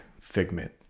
figment